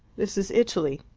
this is italy.